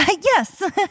Yes